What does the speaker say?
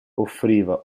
offriva